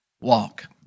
walk